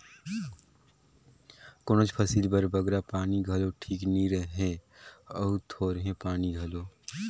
कोनोच फसिल बर बगरा पानी घलो ठीक नी रहें अउ थोरहें पानी घलो